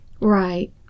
Right